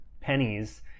pennies